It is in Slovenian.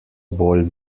bolj